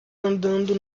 andando